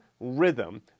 rhythm